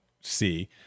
see